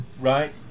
right